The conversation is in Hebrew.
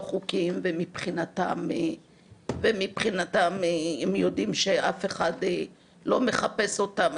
חוקיים ומבחינתם הם יודעים שאף אחד לא מחפש אותם,